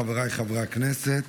חבריי חברי הכנסת,